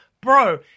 bro